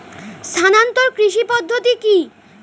স্থানান্তর কৃষি পদ্ধতি কি?